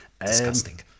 Disgusting